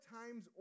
times